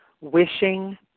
Wishing